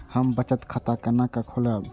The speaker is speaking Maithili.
हम बचत खाता केना खोलैब?